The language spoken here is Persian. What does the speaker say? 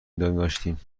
میداشتیم